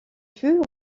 fut